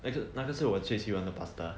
那个那个是我最喜欢的 pasta